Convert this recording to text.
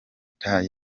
star